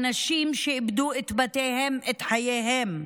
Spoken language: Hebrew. אנשים שאיבדו את בתיהם, את חייהם,